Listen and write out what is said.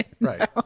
Right